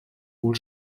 wohl